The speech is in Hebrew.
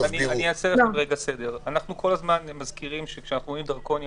נעשה סדר: כשאנחנו אומרים "דרכון ירוק"